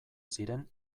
ziren